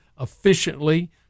efficiently